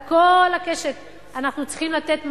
ועל כל הקשת אנחנו צריכים לתת מענים.